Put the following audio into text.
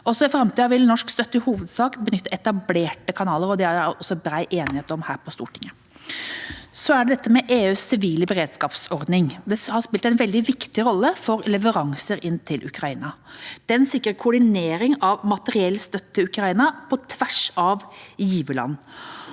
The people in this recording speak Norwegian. i framtiden vil norsk støtte i hovedsak benytte etablerte kanaler, og det er det også bred enighet om her på Stortinget. Så til EUs sivile beredskapsordning: Den har spilt en veldig viktig rolle for leveranser til Ukraina. Den sikrer koordinering av materiellstøtte til Ukraina på tvers av giverland